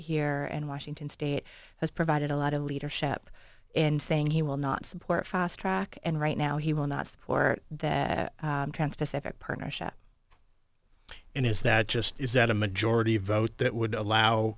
here and washington state has provided a lot of leadership in saying he will not support fast track and right now he will not support that transpacific partnership and is that just is that a majority vote that would allow